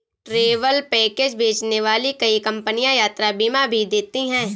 travel package बेचने वाली कई कंपनियां यात्रा बीमा भी देती हैं